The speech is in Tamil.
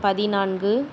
பதினான்கு